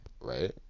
right